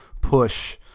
push